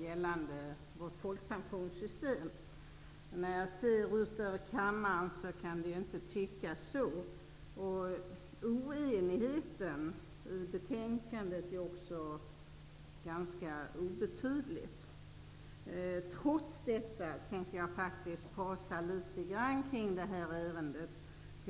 gällande vårt folkpensionssystem som kommer att fattas i dag. När jag ser ut över kammaren tycks det inte så. Oenigheten i betänkandet är också ganska obetydlig. Trots detta tänker jag tala litet kring ärendet.